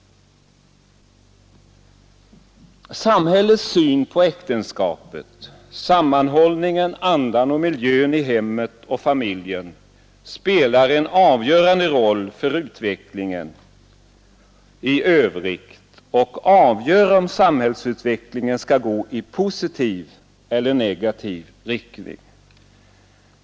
Samhällets syn på äktenskapet, sammanhållningen, andan och miljön i hemmet och familjen spelar en avgörande roll för utvecklingen i övrigt och avgör om samhällsutvecklingen skall gå i positiv eller negativ riktning.